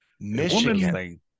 Michigan